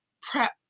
prep